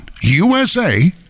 USA